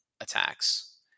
attacks